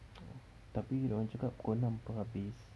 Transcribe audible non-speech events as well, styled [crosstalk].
[noise] tapi dia orang cakap pukul enam [pe] habis